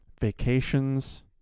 vacations